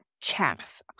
chaff